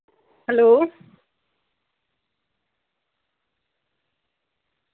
hello